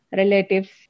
relatives